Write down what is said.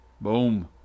Boom